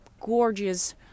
gorgeous